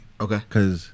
Okay